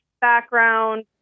background